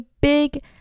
big